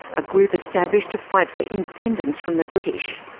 a group established to fight for independence from the british.